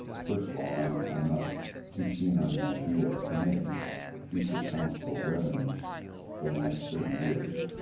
first of all, i'm i'm not too keen on the idea of committing future council revenues for the next thirty years.